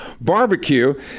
Barbecue